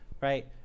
right